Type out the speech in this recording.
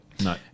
No